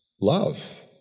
love